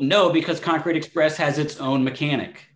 no because concrete express has its own mechanic